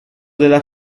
della